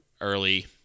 early